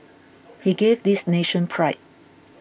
he gave this nation pride